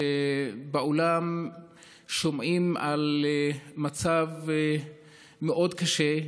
כשבעולם שומעים על מצב מאוד קשה,